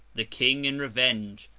the king, in revenge,